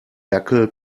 dackel